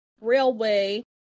Railway